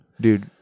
Dude